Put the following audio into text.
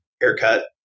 haircut